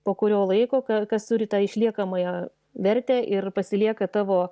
po kurio laiko kas turi tą išliekamąją vertę ir pasilieka tavo